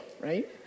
right